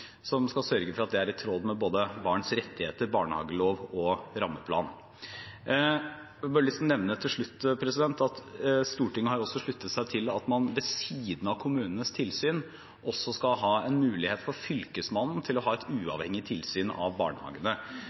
som skal sørge for at den er i tråd med både barns rettigheter, barnehagelov og rammeplan. Jeg har bare lyst til å nevne til slutt at Stortinget har sluttet seg til at man ved siden av kommunenes tilsyn også skal ha en mulighet for fylkesmannen til å ha et uavhengig tilsyn av barnehagene.